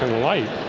um light